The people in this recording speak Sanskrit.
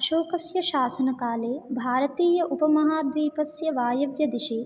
अशोकस्य शासनकाले भारतीय उपमहाद्वीपस्य वायव्यदिशि